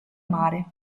mare